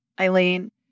Eileen